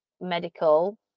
medical